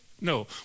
No